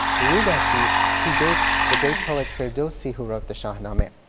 rudaki predates the great poet ferdowsi who wrote the shahnameh.